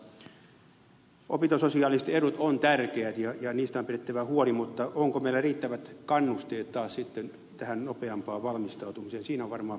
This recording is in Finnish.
opintososiaaliset edut ovat tärkeät ja niistä on pidettävä huoli mutta onko meillä taas riittävät kannusteet nopeampaan valmistautumiseen siinä on varmaan miettimisen paikka